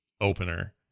opener